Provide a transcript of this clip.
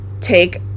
take